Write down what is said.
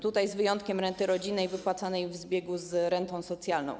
Tutaj z wyjątkiem renty rodzinnej wypłacanej w zbiegu z rentą socjalną.